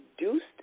reduced